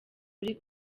uri